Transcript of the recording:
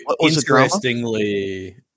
interestingly